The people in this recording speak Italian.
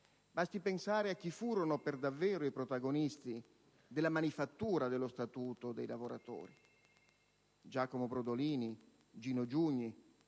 Basti pensare a chi furono davvero i protagonisti della manifattura dello Statuto dei lavoratori: Giacomo Brodolini, Gino Giugni